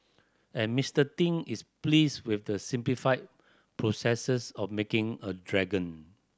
and Mister Ting is pleased with the simplified processes of making a dragon